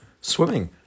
swimming